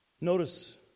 Notice